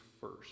first